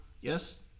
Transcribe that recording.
yes